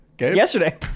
Yesterday